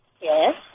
Yes